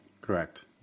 Correct